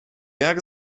jak